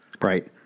Right